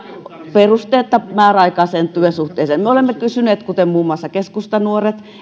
perusteetta määräaikaiseen työsuhteeseen me olemme kysyneet kuten muun muassa keskustanuoret